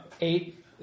Eight